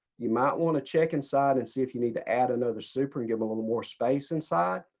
you might want to check inside and see if you need to add another super and give a little more space inside.